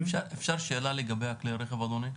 --- אפשר שאלה לגבי כלי רכב אדוני?